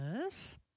yes